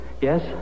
Yes